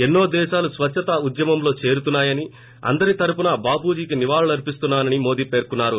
ఎన్నో దేశాలు స్వచ్చత ఉద్యమంలో చేరుతున్నాయని అందరి తరపున బాపూజీకి నివాళులర్పిస్తున్నానని మోదీ పేర్కొన్నారు